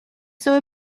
saw